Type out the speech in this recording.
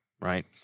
right